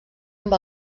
amb